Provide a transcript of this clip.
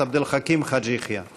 (המחנה הציוני): 4 עבד אל חכים חאג' יחיא (הרשימה